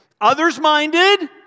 Others-minded